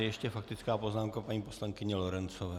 Ještě faktická poznámka paní poslankyně Lorencové.